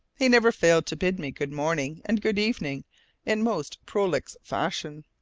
he never failed to bid me good morning and good evening in most prolix fashion,